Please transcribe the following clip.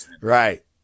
Right